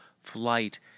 flight